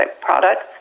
products